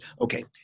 Okay